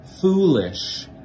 foolish